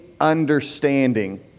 understanding